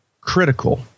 critical